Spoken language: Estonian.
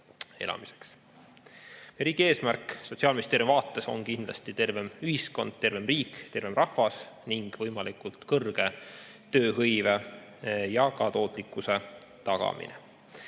Riigi eesmärk Sotsiaalministeeriumi vaates on kindlasti tervem ühiskond, tervem riik, tervem rahvas ning võimalikult kõrge tööhõive ja ka tootlikkuse tagamine.